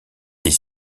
est